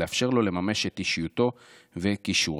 לאפשר לו לממש את אישיותו וכישוריו.